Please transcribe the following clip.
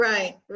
Right